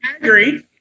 Agree